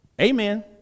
Amen